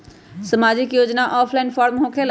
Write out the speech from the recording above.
समाजिक योजना offline form होकेला?